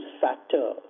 factor